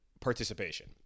participation